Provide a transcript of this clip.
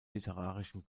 literarischen